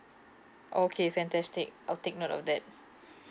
okay fantastic I'll take note of that